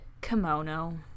kimono